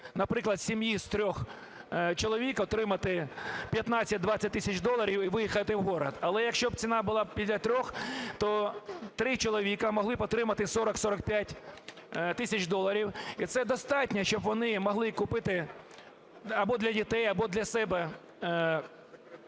наприклад, сім'ї з 3 чоловік отримати 15-20 тисяч доларів і виїхати у город. Але якщо б ціна була біля 3, то 3 чоловіки могли б отримати 40-45 тисяч доларів. І це достатньо, щоб вони могли купити або для дітей, або для себе житлове